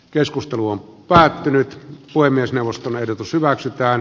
keskustelu on päättynyt puhemiesneuvoston ehdotus hyväksytään